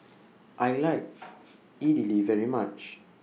I like Idili very much